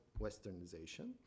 Westernization